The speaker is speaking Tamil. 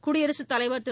குடியரசுத் தலைவர் திரு